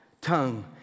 Tongue